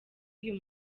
uyu